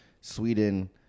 Sweden